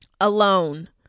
alone